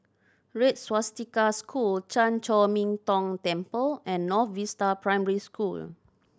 Red Swastika School Chan Chor Min Tong Temple and North Vista Primary School